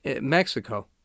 Mexico